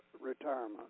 retirement